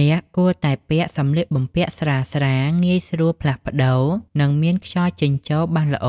អ្នកគួរតែពាក់សម្លៀកបំពាក់ស្រាលៗ ងាយស្រួលផ្លាស់ប្ដូរ និងមានខ្យល់ចេញចូលបានល្អ